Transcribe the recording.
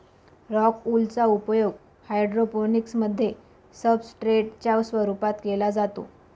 rock wool चा उपयोग hydroponics मध्ये सब्सट्रेट च्या रूपात केला जातो